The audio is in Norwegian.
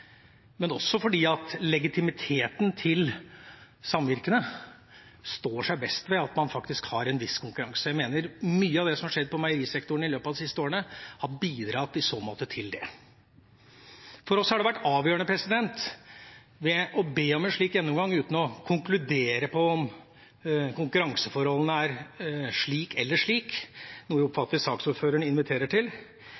men også fordi legitimiteten til samvirkene står seg best ved at man faktisk har en viss konkurranse. Jeg mener mye av det som har skjedd på meierisektoren i løpet av de siste årene, i så måte har bidratt til det. Det har vært avgjørende for oss å be om en slik gjennomgang uten å konkludere på om konkurranseforholdene er slik eller slik, noe jeg oppfatter saksordføreren inviterer til.